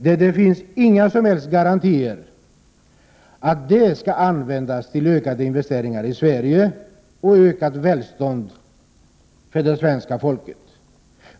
Det finns inga som helst garantier för att dessa skall användas till ökade investeringar i Sverige eller till ökat välstånd för det svenska folket.